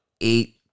eight